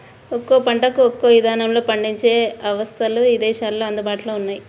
ఒక్కో పంటకు ఒక్కో ఇదానంలో పండించే అవస్థలు ఇదేశాల్లో అందుబాటులో ఉన్నయ్యి